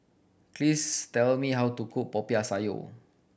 please tell me how to cook Popiah Sayur